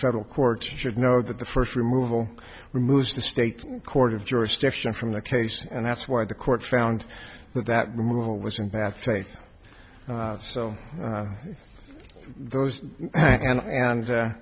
federal court should know that the first removal removes the state court of jurisdiction from the case and that's why the court found that removal was in bad faith so those and